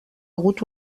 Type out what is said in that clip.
hagut